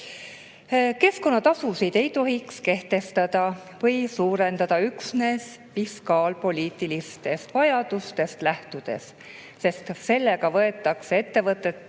Keskkonnatasusid ei tohiks kehtestada või suurendada üksnes fiskaalpoliitilisest vajadusest lähtudes, sest sellega võetakse ettevõtetelt